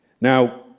Now